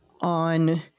on